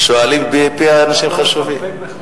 שואלים פי אנשים חשובים.